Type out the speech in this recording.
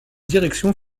direction